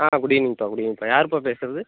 good ஈவினிங்பா good evening யாருப்பா பேசுறது